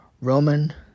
Roman